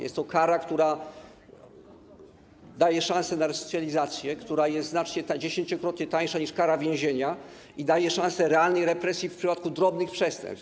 Jest to kara, która daje szansę na resocjalizację, która jest dziesięciokrotnie tańsza niż kara więzienia i daje szansę realnej represji w przypadku drobnych przestępstw.